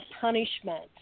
punishment